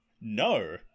No